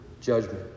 judgment